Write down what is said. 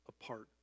apart